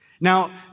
Now